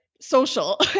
social